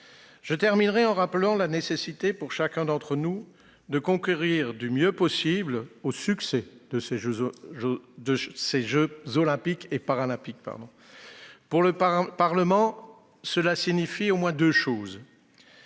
Je veux enfin rappeler la nécessité, pour chacun d'entre nous, de concourir le mieux possible au succès de ces jeux Olympiques et Paralympiques. Pour le Parlement, cela signifie au moins deux choses.